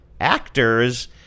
actors